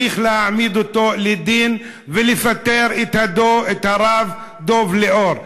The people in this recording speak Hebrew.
צריך להעמיד אותו לדין ולפטר את הרב דב ליאור.